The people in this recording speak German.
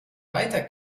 weiter